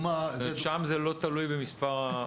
ושם זה לא תלוי במספר התושבים?